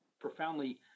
profoundly